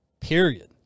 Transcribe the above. period